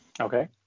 Okay